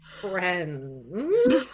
friends